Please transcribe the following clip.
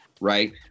right